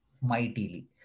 mightily